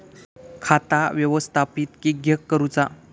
खाता व्यवस्थापित किद्यक करुचा?